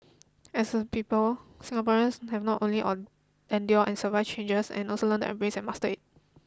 as a people Singaporeans have not only on endured and survived changes and also learned to embrace and master it